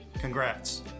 Congrats